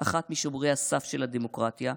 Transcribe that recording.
אחת משומרי הסף של הדמוקרטיה?